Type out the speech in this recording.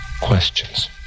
Questions